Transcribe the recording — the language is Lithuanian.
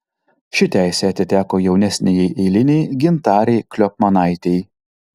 ši teisė atiteko jaunesniajai eilinei gintarei kliopmanaitei